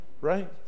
right